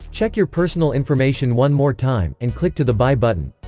check your personal information one more time, and click to the buy button.